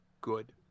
Good